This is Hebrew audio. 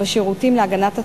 בשירותים להגנת הצומח,